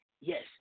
yes